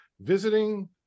visiting